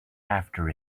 after